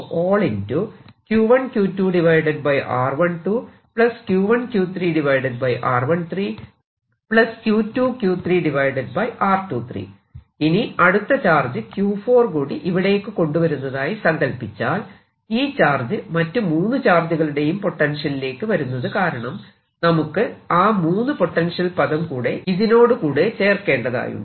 അതായത് ഇനി അടുത്ത ചാർജ് Q4 കൂടി ഇവിടേയ്ക്ക് കൊണ്ടുവരുന്നതായി സങ്കല്പിച്ചാൽ ഈ ചാർജ് മറ്റു മൂന്ന് ചാർജുകളുടെയും പൊട്ടൻഷ്യലിലേക്ക് വരുന്നത് കാരണം നമുക്ക് ആ മൂന്നു പൊട്ടൻഷ്യൽ പദം കൂടെ ഇതിനോടുകൂടെ ചേർക്കേണ്ടതായുണ്ട്